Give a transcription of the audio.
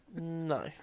No